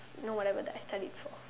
you know whatever that I studied for